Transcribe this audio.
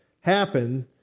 happen